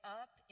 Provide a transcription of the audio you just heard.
up